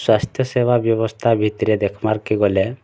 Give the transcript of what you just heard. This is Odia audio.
ସ୍ୱାସ୍ଥ୍ୟ ସେବା ବ୍ୟବସ୍ଥା ଭିତରେ ଦେଖମାର୍ କେ ଗଲେ